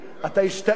אתה השתהית,